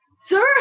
sir